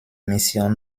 mission